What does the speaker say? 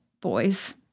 boys